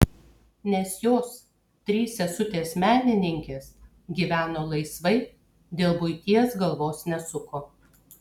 nes jos trys sesutės menininkės gyveno laisvai dėl buities galvos nesuko